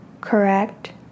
Correct